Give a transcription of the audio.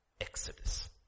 Exodus